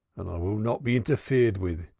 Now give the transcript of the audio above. and i will not be interfered with.